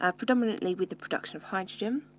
ah predominantly, with the production of hydrogen.